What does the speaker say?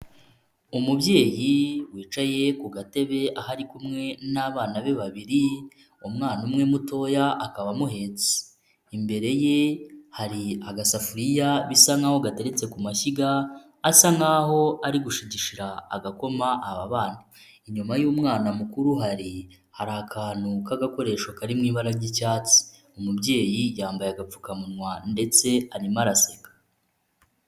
Umubyeyi wicaye ku gatebe aho ari kumwe n'abana be babiri, umwana umwe mutoya akaba amuhetse. Imbere ye hari agasafuriya bisa nk'aho gateretse ku mashyiga, asa nk'aho ari gushigishira agakoma aba bana. Inyuma y'umwana mukuru hari akantu k'agakoresho kari mu ibara ry'icyatsi, umubyeyi yambaye agapfukamunwa ndetse arimo araseka.